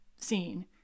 scene